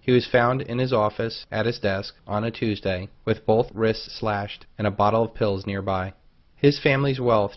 he was found in his office at his desk on a tuesday with both wrists slashed and a bottle of pills nearby his family's wealth